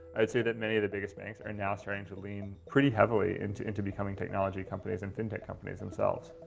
i'd say that many of the biggest banks are now starting to lean pretty heavily into into becoming technology companies and fintech companies themselves.